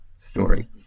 story